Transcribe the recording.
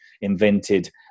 invented